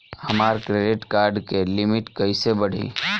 हमार credit card के limit कइसे बढ़ी?